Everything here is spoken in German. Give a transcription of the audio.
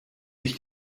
ich